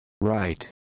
Right